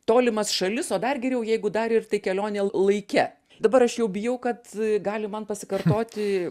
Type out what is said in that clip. tolimas šalis o dar geriau jeigu dar ir tai kelionė laike dabar aš jau bijau kad gali man pasikartoti